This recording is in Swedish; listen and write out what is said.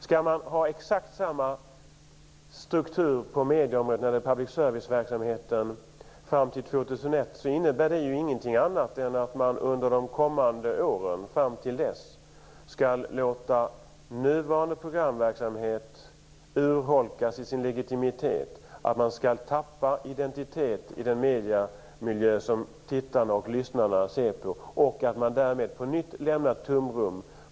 Skall man ha exakt samma struktur på medieområdet när det gäller public service-verksamheten fram till 2001 innebär det ingenting annat än att man under åren fram till dess låter nuvarande programverksamhet urholkas i sin legitimitet och tappa identitet i tittarnas och lyssnarnas mediemiljö. Därmed skapar man på nytt ett tomrum.